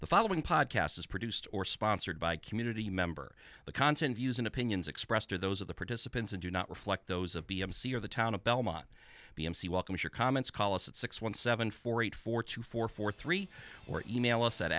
the following podcast is produced or sponsored by community member the constant views and opinions expressed are those of the participants and do not reflect those of b m c or the town of belmont b m c welcomes your comments call us at six one seven four eight four two four four three or email